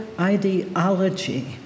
ideology